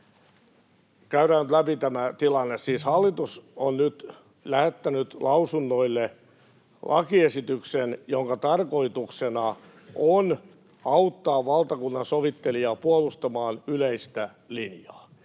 Käydään nyt läpi tämä tilanne. Siis hallitus on nyt lähettänyt lausunnoille lakiesityksen, jonka tarkoituksena on auttaa valtakunnansovittelijaa puolustamaan yleistä linjaa,